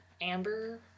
Amber